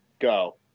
Go